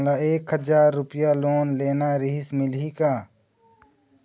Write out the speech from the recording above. मोला एक हजार रुपया लोन लेना रीहिस, मिलही का?